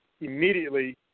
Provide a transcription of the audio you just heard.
immediately